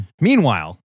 Meanwhile